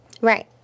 Right